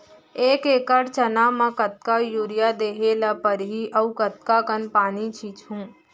एक एकड़ चना म कतका यूरिया देहे ल परहि अऊ कतका कन पानी छींचहुं?